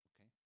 Okay